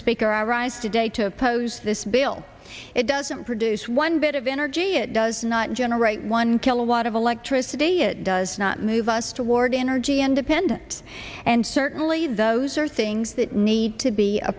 speaker i rise today to oppose this bill it doesn't produce one bit of energy it does not generate one kilowatt of electricity it does not move us toward energy independence and certainly those are things that need to be a